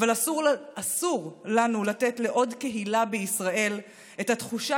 אבל אסור לנו לתת לעוד קהילה בישראל את התחושה